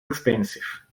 expensive